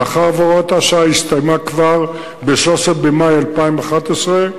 מאחר שהוראת השעה הסתיימה כבר ב-13 במאי 2011,